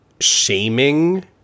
shaming